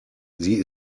sie